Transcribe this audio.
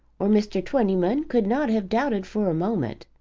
or mr. twentyman could not have doubted for a moment.